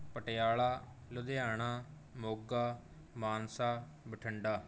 Patiala Ludhiana Moga Mansa Bathinda